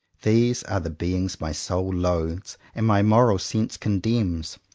these are the beings my soul loathes and my moral sense condemns.